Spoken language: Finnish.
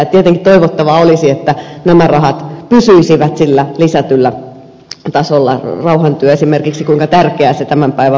tietenkin toivottavaa olisi että nämä rahat pysyisivät sillä lisätyllä tasolla ottaen huomioon kuinka tärkeää rauhantyö esimerkiksi tämän päivän maailmassa onkaan